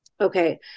okay